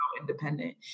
independent